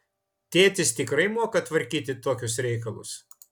tėtis tikrai moka tvarkyti tokius reikalus